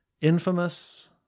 Infamous